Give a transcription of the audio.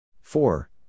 Four